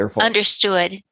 understood